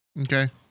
Okay